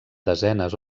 desenes